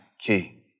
key